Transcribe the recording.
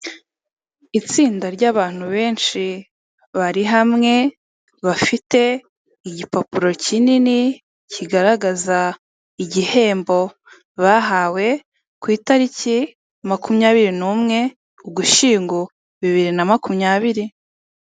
Itsinda ry'abantu benshi bari hamwe bafite igipapuro kinini kigaragaza igihembo bahawe ku itariki makumyabiri n'imwe, ugushyingo, bibiri na makumyabiri.